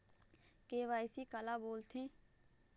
KYC काला बोलथें?